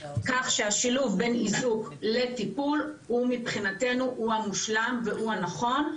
כך שהשילוב בין איזוק לטיפול הוא מבחינתנו המשולם והוא הנכון,